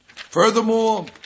Furthermore